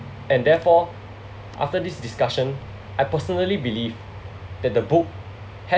and therefore after this discussion I personally believe that the book ha~